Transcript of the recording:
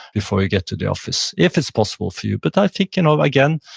before you get to the office, if it's possible for you. but i think, you know again,